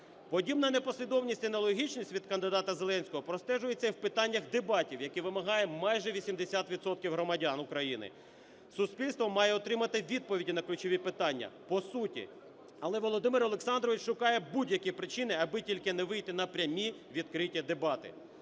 Подібна непослідовність і нелогічність від кандидата Зеленського простежується і в питаннях дебатів, які вимагає майже 80 відсотків громадян України. Суспільство має отримати відповіді на ключові питання по суті, але Володимир Олександрович шукає будь-які причини, аби тільки не вийти на прямі відкриті дебати.